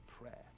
prayer